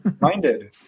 minded